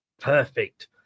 Perfect